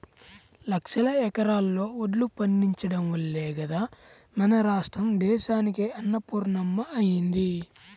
లక్షల ఎకరాల్లో వడ్లు పండించడం వల్లే గదా మన రాష్ట్రం దేశానికే అన్నపూర్ణమ్మ అయ్యింది